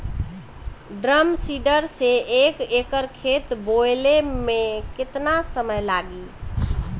Drum seeder से एक एकड़ खेत बोयले मै कितना समय लागी?